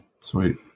sweet